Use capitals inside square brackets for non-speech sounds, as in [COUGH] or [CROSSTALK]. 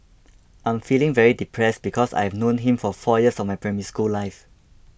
[NOISE] I'm feeling very depressed because I've known him for four years of my Primary School life